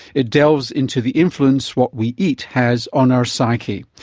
it delves into the influence what we eat has on our psyche.